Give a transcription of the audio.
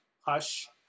Hush